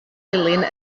dilyn